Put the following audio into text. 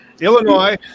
Illinois